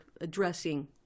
addressing